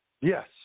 Yes